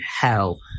hell